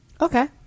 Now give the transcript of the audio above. Okay